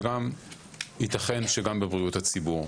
וגם יתכן שגם בבריאות הציבור.